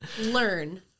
learn